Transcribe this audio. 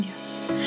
Yes